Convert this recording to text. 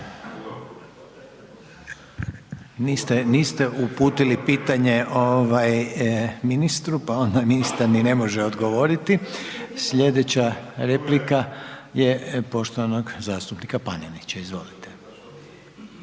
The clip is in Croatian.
niste uputili pitanje, ovaj, ministru, pa onda ministar ni ne može odgovoriti. Sljedeća replika je poštovanog zastupnika Panenića. Izvolite.